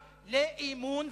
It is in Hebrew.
לאמון,